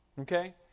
okay